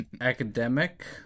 Academic